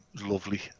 lovely